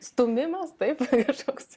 stūmimas taip kažkoks